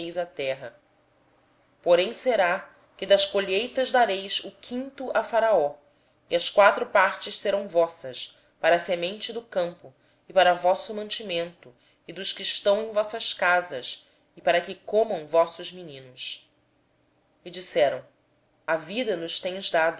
semeeis a terra há de ser porém que no tempo as colheitas dareis a quinta parte a faraó e quatro partes serão vossas para semente do campo e para o vosso mantimento e dos que estão nas vossas casas e para o mantimento de vossos filhinho responderam eles tu nos tens